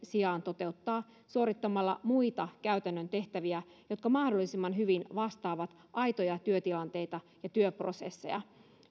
sijaan toteuttaa suorittamalla muita käytännön tehtäviä jotka mahdollisimman hyvin vastaavat aitoja työtilanteita ja työprosesseja